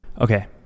Okay